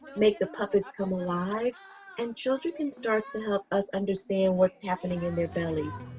make the puppets come alive and children can start to us understand what's happening in their bellies.